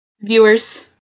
viewers